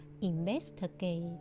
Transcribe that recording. investigate